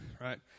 right